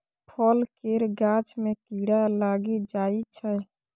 फल केर गाछ मे कीड़ा लागि जाइ छै